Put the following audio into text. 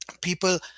people